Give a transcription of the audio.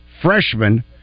freshman